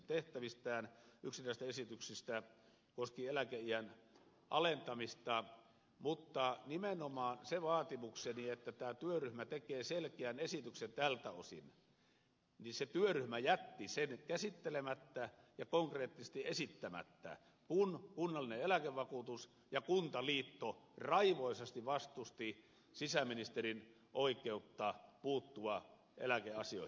yksi näistä esityksistä koski eläkeiän alentamista mutta nimenomaan sen vaatimukseni että tämä työryhmä tekee selkeän esityksen tältä osin työryhmä jätti käsittelemättä ja konkreettisesti esittämättä kun kuntien eläkevakuutus ja kuntaliitto raivoisasti vastustivat sisäministerin oikeutta puuttua eläkeasioihin